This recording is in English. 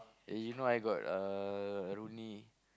eh you know I got a Rooney